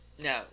no